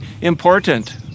important